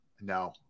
No